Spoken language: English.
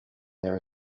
there